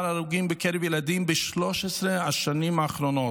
ההרוגים בקרב ילדים ב-13 השנים האחרונות,